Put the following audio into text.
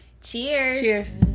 Cheers